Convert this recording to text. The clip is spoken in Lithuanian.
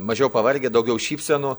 mažiau pavargę daugiau šypsenų